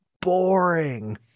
boring